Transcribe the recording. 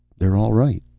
they're all right.